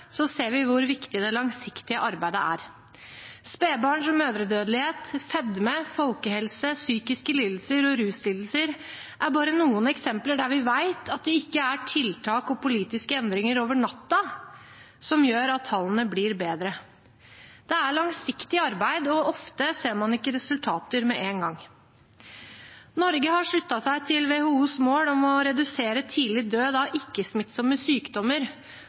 ser vi hvor viktig det langsiktige arbeidet er. Spedbarns- og mødredødelighet, fedme, folkehelse, psykiske lidelser og ruslidelser er bare noen eksempler der vi vet at det ikke er tiltak og politiske endringer over natten som gjør at tallene blir bedre – det er langsiktig arbeid, og ofte ser man ikke resultater med en gang. Norge har sluttet seg til WHOs mål om å redusere tidlig død av ikke-smittsomme sykdommer